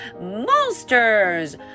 Monsters